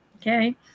Okay